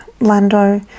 lando